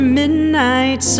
midnight